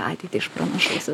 ateitį išpranašausi